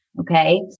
okay